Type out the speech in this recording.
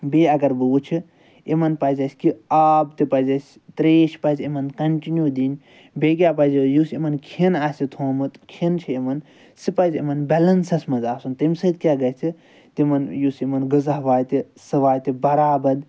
بیٚیہِ اگر بہٕ وٕچھِ یِمن پَزِ اَسہِ کہِ آب تہِ پَزِ اَسہِ ترٛیش پَزِ یِمن کَنٹِنیوٗ دِنۍ بیٚیہِ کیاہ پَزِ یُس یِمن کھٮ۪ن آسہِ تھوٚمُت کھٮ۪ن چھُ یِمن سُہ پَزِ یِمن بیلَنسَس مَنٛز آسُن تَمہِ سۭتۍ کیاہ گَژھِ تمن یُس یمن غذا واتہِ سُہ واتہِ بَرابَد